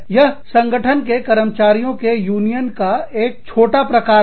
यह संगठन के कर्मचारियों के यूनियन का एक छोटा प्रकार है